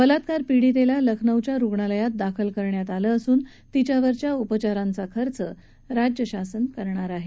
बलात्कार पीडितेला लखनौच्या रुग्णालयात दाखल करण्यात आलं असून तिच्यावरच्या उपचारांचा खर्च राज्यशासन करणार आहे